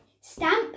Stamp